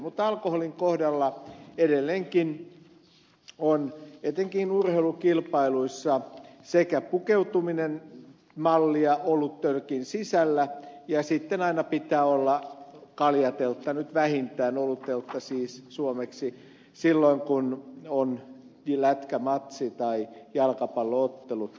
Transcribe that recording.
mutta alkoholin kohdalla edelleenkin on etenkin urheilukilpailuissa pukeutuminen mallia oluttölkin sisällä ja sitten aina pitää olla vähintään kaljateltta siis suomeksi olutteltta silloin kun on lätkämatsi tai jalkapallo ottelu